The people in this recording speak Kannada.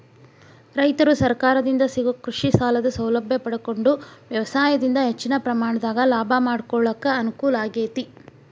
ರೈತರು ಸರಕಾರದಿಂದ ಸಿಗೋ ಕೃಷಿಸಾಲದ ಸೌಲಭ್ಯ ಪಡಕೊಂಡು ವ್ಯವಸಾಯದಿಂದ ಹೆಚ್ಚಿನ ಪ್ರಮಾಣದಾಗ ಲಾಭ ಮಾಡಕೊಳಕ ಅನುಕೂಲ ಆಗೇತಿ